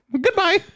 Goodbye